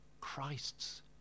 Christ's